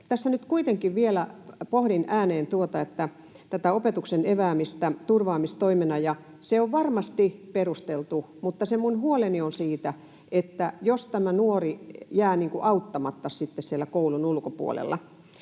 tässä nyt kuitenkin vielä pohdin ääneen tätä opetuksen eväämistä turvaamistoimena. Se on varmasti perusteltu, mutta minulla on huoli siitä, että jääkö tämä nuori auttamatta sitten koulun ulkopuolella.